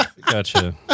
gotcha